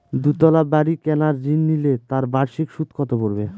দুতলা বাড়ী কেনার ঋণ নিলে তার বার্ষিক সুদ কত পড়বে?